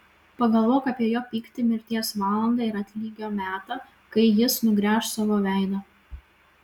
pagalvok apie jo pyktį mirties valandą ir atlygio metą kai jis nugręš savo veidą